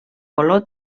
color